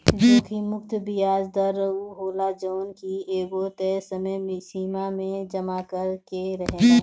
जोखिम मुक्त बियाज दर उ होला जवन की एगो तय समय सीमा में जमा करे के रहेला